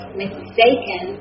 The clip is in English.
mistaken